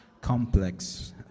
complex